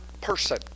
person